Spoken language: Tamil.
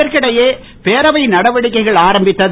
இதற்கிடையில் பேரவை நடவடிக்கைகள் ஆரம்பித்தது